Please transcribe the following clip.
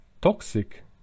toxic